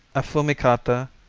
affumicata,